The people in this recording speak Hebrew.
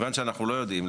כיוון שאנחנו לא יודעים,